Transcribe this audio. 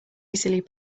easily